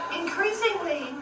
increasingly